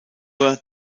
uhr